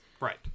Right